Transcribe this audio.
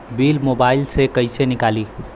Bill mobile से कईसे निकाली?